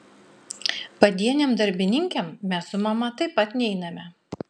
padienėm darbininkėm mes su mama taip pat neiname